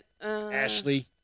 Ashley